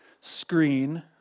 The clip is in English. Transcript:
screen